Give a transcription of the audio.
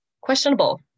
questionable